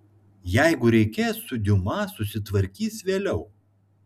jeigu reikės su diuma susitvarkys vėliau